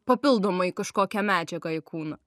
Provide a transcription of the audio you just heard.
papildomai kažkokią medžiagą į kūną